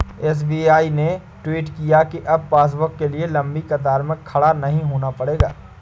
SBI ने tweet किया कि अब पासबुक के लिए लंबी कतार में खड़ा नहीं होना पड़ेगा